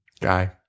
guy